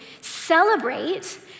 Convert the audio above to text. celebrate